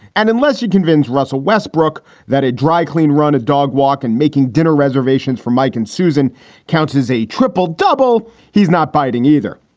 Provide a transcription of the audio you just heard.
and unless you convince russell westbrook that a dry, clean run, a dog walk and making dinner reservations for mike and susan counts as a triple double. he's not biting either.